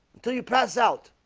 until you pass out